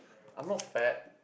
I'm not fat